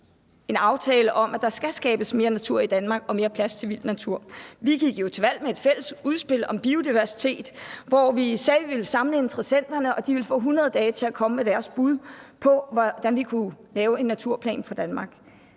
en aftale om, at der skal skabes mere natur i Danmark og mere plads til vild natur. Vi gik jo til valg med et fælles udspil om biodiversitet, hvor vi sagde, vi ville samle interessenterne, og de ville få 100 dage til at komme med deres bud på, hvordan vi kunne lave en naturplan for Danmark.